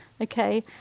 Okay